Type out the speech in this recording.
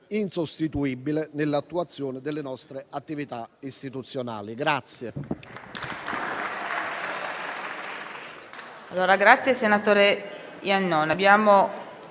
insostituibile nell'attuazione delle nostre attività istituzionali.